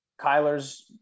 Kyler's